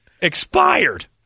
expired